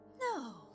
No